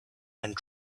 and